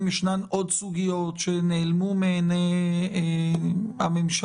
אם יש עוד סוגיות שנעלמו מעיני הממשלה,